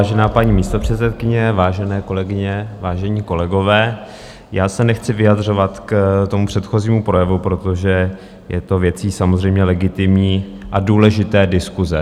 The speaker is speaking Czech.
Vážená paní místopředsedkyně, vážené kolegyně, vážení kolegové, nechci se vyjadřovat k předchozímu projevu, protože je to věcí samozřejmě legitimní a důležité diskuse.